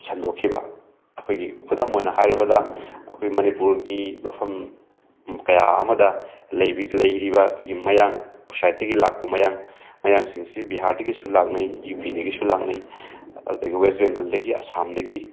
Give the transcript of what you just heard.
ꯁꯟꯗꯣꯛꯈꯤꯕ ꯑꯩꯈꯣꯏꯒꯤ ꯈꯨꯗꯝ ꯑꯣꯏꯅ ꯍꯥꯏꯔꯕꯗ ꯑꯩꯈꯣꯏꯒꯤ ꯃꯅꯤꯄꯨꯔꯒꯤ ꯃꯐꯝ ꯀꯌꯥ ꯑꯃꯗ ꯂꯩꯔꯤꯕ ꯑꯩꯈꯣꯏꯒꯤ ꯃꯌꯥꯡ ꯑꯥꯎꯠꯁꯥꯏꯠꯇꯒꯤ ꯂꯥꯛꯄ ꯃꯌꯥꯡ ꯃꯌꯥꯡꯁꯤꯡ ꯑꯁꯤ ꯕꯤꯍꯥꯔꯗꯒꯤꯁꯨ ꯂꯥꯛꯅꯩ ꯏꯌꯨ ꯄꯤꯗꯒꯤꯁꯨ ꯂꯥꯛꯅꯩ ꯑꯗꯒꯤ ꯋꯦꯁ ꯕꯦꯡꯒꯜꯗꯒꯤ ꯑꯁꯥꯝꯗꯒꯤ